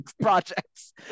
projects